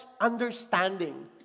understanding